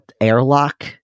airlock